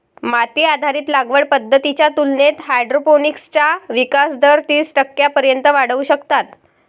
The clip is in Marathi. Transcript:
माती आधारित लागवड पद्धतींच्या तुलनेत हायड्रोपोनिक्सचा विकास दर तीस टक्क्यांपर्यंत वाढवू शकतात